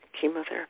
chemotherapy